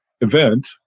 event